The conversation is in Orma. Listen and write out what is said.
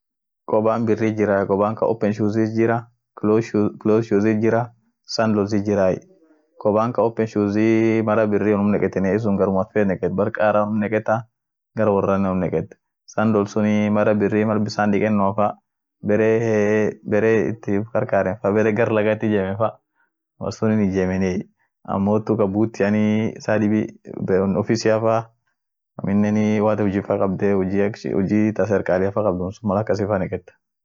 Kofianii aina biriit jirai koofia ka keepuat jira koofia ka ijooleat jira, koofia ka malimoole diiniat jira, kofia dibiit jira ka dukubaaft kayeten. dumii ka dinia sun mara biri malimooleet neketa, kunii ka ijoole mar biri ijoleet neketa ka keepua mar biri inamaatu neketai mare. isun shoobumaaf neketeni